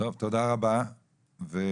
טוב, תודה רבה ובהצלחה.